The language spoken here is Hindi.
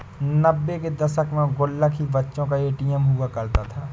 नब्बे के दशक में गुल्लक ही बच्चों का ए.टी.एम हुआ करता था